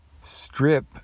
strip